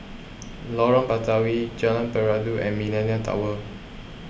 Lorong Batawi Jalan Peradun and Millenia Tower